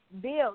Bill